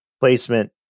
placement